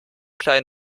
klein